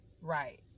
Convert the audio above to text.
Right